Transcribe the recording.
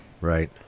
Right